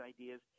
ideas